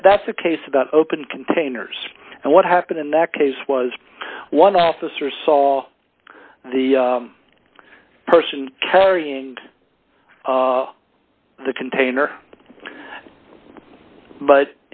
and that's the case about open containers and what happened in that case was one officer saw the person carrying the container but